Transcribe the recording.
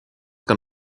kan